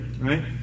right